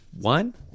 One